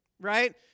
right